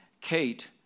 Kate